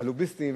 הלוביסטים,